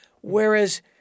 Whereas